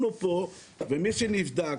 אנחנו לא מקום אחר, אנחנו כאן ומי שנבדק